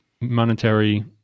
monetary